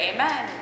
Amen